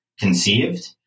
conceived